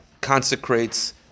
consecrates